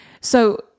So-